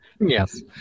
yes